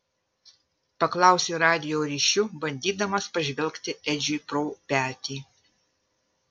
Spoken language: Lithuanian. paklausė radijo ryšiu bandydamas pažvelgti edžiui pro petį